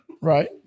Right